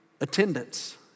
attendance